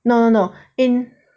no no no in